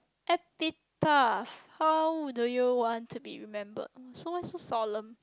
how do you want to be remembered uh so why so solemn